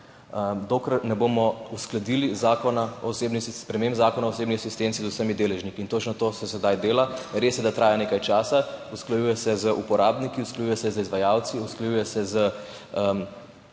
dokler ne bomo uskladili sprememb Zakona o osebni asistenci z vsemi deležniki. In točno to se sedaj dela. Res je, da traja nekaj časa, usklajuje se z uporabniki, usklajuje se z izvajalci, usklajuje se z